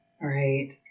Right